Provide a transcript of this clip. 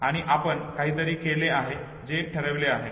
आणि आपण काहीतरी केले आहे जे ठरविले आहे